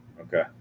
Okay